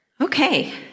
Okay